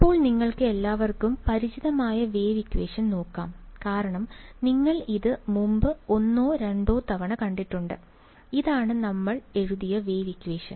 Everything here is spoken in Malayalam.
ഇപ്പോൾ നിങ്ങൾക്ക് എല്ലാവർക്കും പരിചിതമായ വേവ് ഇക്വേഷൻ നോക്കാം കാരണം നിങ്ങൾ ഇത് മുമ്പ് ഒന്നോ രണ്ടോ തവണ കണ്ടിട്ടുണ്ട് ഇതാണ് നമ്മൾ എഴുതിയ വേവ് ഇക്വേഷൻ